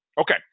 Okay